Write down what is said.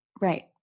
Right